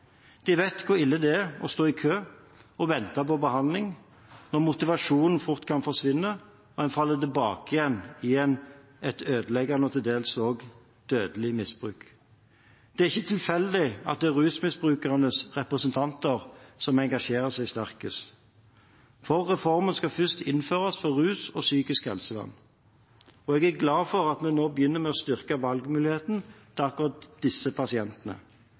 De vet hvor ille det er å stå i kø og vente på behandling, når motivasjonen fort kan forsvinne og en faller tilbake igjen i et ødeleggende og til dels også dødelig misbruk. Det er ikke tilfeldig at det er rusmisbrukernes representanter som engasjerer seg sterkest. For reformen skal først innføres for rus og psykisk helsevern. Jeg er glad for at vi nå begynner med å styrke valgmuligheten til akkurat disse pasientene.